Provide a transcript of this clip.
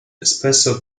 spesso